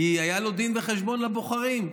כי היה לו דין וחשבון לבוחרים.